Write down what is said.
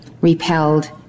repelled